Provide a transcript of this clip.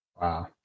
Wow